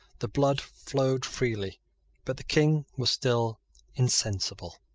the blood flowed freely but the king was still insensible.